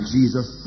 Jesus